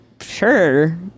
sure